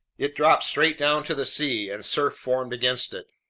it dropped straight down to the sea, and surf foamed against it.